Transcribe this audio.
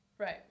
Right